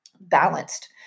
balanced